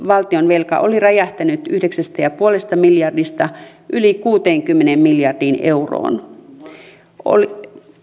valtionvelka oli räjähtänyt yhdeksästä pilkku viidestä miljardista yli kuuteenkymmeneen miljardiin euroon oli